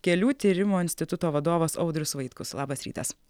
kelių tyrimo instituto vadovas audrius vaitkus labas rytas